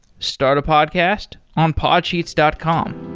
start a podcast on podsheets dot com